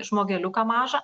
žmogeliuką mažą